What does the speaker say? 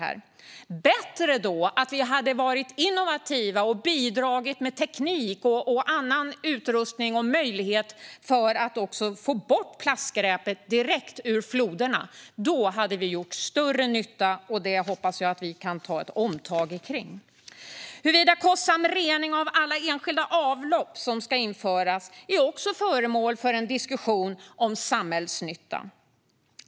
Det hade varit bättre om vi varit innovativa och bidragit med teknik, annan utrustning och möjlighet för att få bort plastskräpet direkt ur floderna. Då hade vi gjort större nytta. Det hoppas jag att vi kan ta ett omtag kring. Huruvida kostsam rening av alla enskilda avlopp ska införas är också föremål för en diskussion om samhällsnytta.